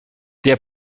der